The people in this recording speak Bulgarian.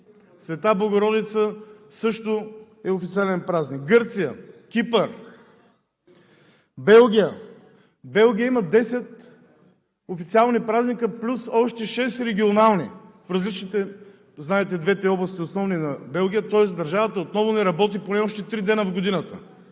Света Богородица също е официален празник. Гърция, Кипър, Белгия. В Белгия има 10 официални празника плюс още 6 регионални в двете основни области, знаете, на Белгия. Тоест държавата отново не работи поне още 3 дни в годината.